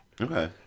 Okay